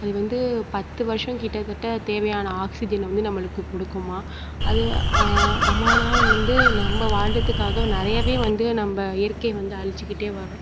அது வந்து பத்து வருடம் கிட்டத்தட்ட தேவையான ஆக்சிஜனை நம்மளுக்கு கொடுக்குமாம் அது வந்து நம்ம வாழ்கிறதுக்காக நிறையாவே வந்து நம்ம இயற்கையை வந்து அழிச்சுக்கிட்டே வர்றோம்